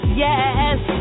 yes